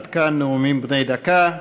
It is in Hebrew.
עד כאן נאומים בני דקה.